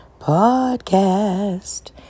podcast